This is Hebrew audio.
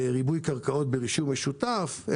ריבוי קרקעות ברישום משותף,